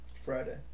Friday